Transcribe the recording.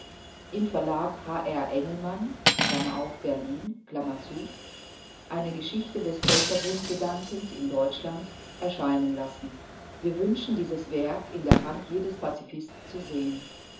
im verlag h r engelmann berlin eine geschichte des völkerbundgedankens in deutschland erscheinen lassen wir wünschen dieses werk in der hand jedes pazifisten zu sehen